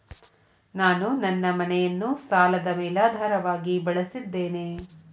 ನಾನು ನನ್ನ ಮನೆಯನ್ನು ಸಾಲದ ಮೇಲಾಧಾರವಾಗಿ ಬಳಸಿದ್ದೇನೆ